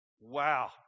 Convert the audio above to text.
Wow